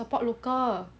grab got support local